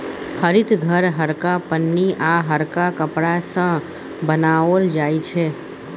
हरित घर हरका पन्नी आ हरका कपड़ा सँ बनाओल जाइ छै